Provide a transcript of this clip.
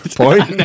point